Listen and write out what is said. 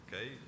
Okay